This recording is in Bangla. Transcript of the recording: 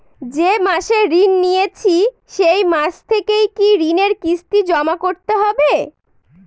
যে মাসে ঋণ নিয়েছি সেই মাস থেকেই কি ঋণের কিস্তি জমা করতে হবে?